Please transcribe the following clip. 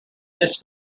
this